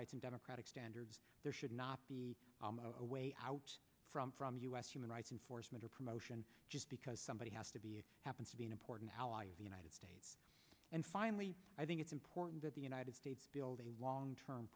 rights and democratic standards there should not be a way out from from us human rights enforcement or promotion just because somebody has to be it happens to be an important ally of the united states and finally i think it's important that the united states build a long term